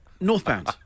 Northbound